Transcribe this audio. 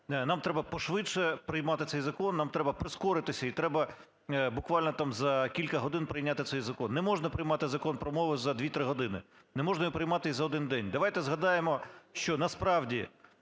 нам требапошвидше приймати цей закон, нам треба прискоритися і треба буквально там за кілька годин прийняти цей закон. Не можна приймати Закон про мову за 2-3 години. Не можна його приймати і за один день. Давайте згадаємо, що насправді